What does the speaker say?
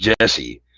jesse